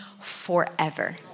forever